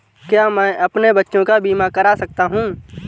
क्या मैं अपने बच्चों का बीमा करा सकता हूँ?